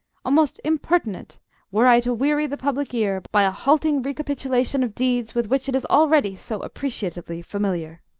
almost impertinent were i to weary the public ear by a halting recapitulation of deeds with which it is already so appreciatively familiar.